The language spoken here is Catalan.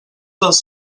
dels